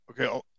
Okay